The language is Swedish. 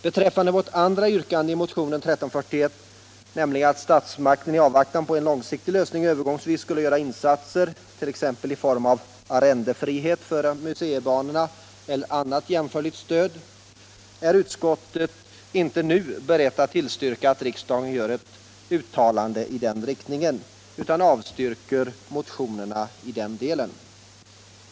Beträffande vårt andra yrkande i motionen 1341, nämligen att statsmakten i avvaktan på en långsiktig lösning övergångsvis skulle göra insatser för museibanorna, t.ex. i form av arrendefrihet eller annat jämförligt stöd, är utskottet inte nu berett att tillstyrka att riksdagen gör ett uttalande i den riktningen utan avstyrker motionerna i den delen.